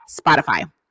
Spotify